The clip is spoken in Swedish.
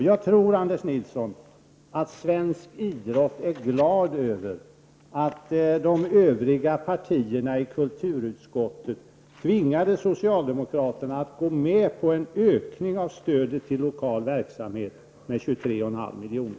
Jag tror, Anders Nilsson, att svensk idrott är glad över att de Övriga partierna i kulturutskottet tvingade socialdemokraterna att gå med på en ökning med 23,5 miljoner av stödet till lokal verksamhet.